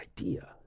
idea